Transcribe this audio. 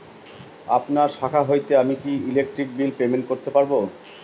আপনার শাখা হইতে আমি কি ইলেকট্রিক বিল পেমেন্ট করতে পারব?